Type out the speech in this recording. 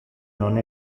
non